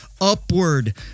upward